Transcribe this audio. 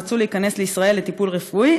רצו להיכנס לישראל לטיפול רפואי,